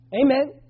Amen